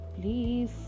Please